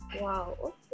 Wow